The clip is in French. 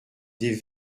des